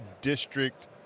district